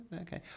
okay